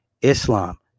Islam